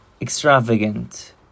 extravagant